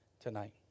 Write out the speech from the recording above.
tonight